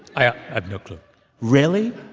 i have no clue really?